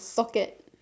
pocket